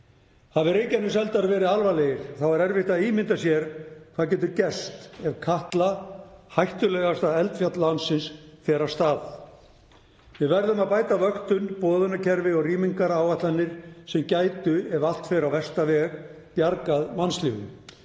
Hafi Reykjaneseldar verið alvarlegir þá er erfitt að ímynda sér hvað getur gerst ef Katla, hættulegasta eldfjall landsins, fer af stað. Við verðum að bæta vöktun, boðunarkerfi og rýmingaráætlanir sem gætu, ef allt fer á versta veg, bjargað mannslífum.